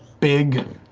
big,